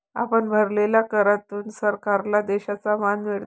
आपण भरलेल्या करातून सरकारला देशाचा मान मिळतो